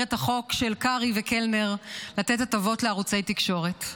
את החוק של קרעי וקלנר לתת הטבות לערוצי תקשורת?